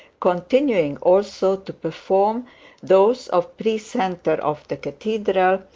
continuing also to perform those of precentor of the cathedral,